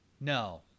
No